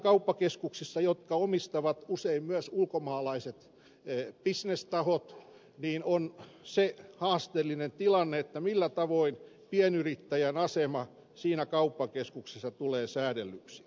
kauppakeskuksissahan joita omistavat usein myös ulkomaalaiset bisnestahot on se haasteellinen tilanne millä tavoin pienyrittäjän asema siinä kauppakeskuksessa tulee säädellyksi